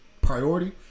priority